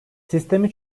sistemi